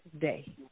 Day